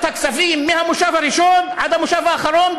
הכספים מהמושב הראשון עד המושב האחרון,